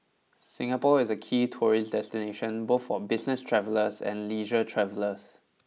Singapore is a key tourist destination both for business travellers and leisure travellers